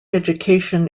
education